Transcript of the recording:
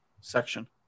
section